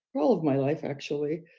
all of my life, actually,